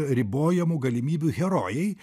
ribojamų galimybių herojai